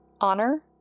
Honor